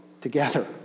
together